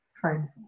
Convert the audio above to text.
trying